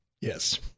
Yes